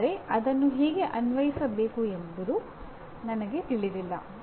ಆದರೆ ಅದನ್ನು ಹೇಗೆ ಅನ್ವಯಿಸಬೇಕು ಎಂಬುದು ನನಗೆ ತಿಳಿದಿಲ್ಲ